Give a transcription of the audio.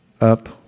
up